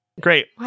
Great